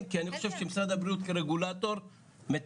כי אני חושב שמשרד הבריאות כרגולטור מתקצב,